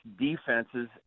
defenses